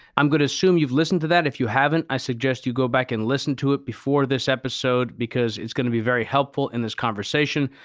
i'm going to assume you've listened to that. if you haven't, i suggest you go back and listen to it before this episode because it's going to be very helpful in this conversation.